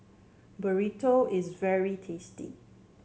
burrito is very tasty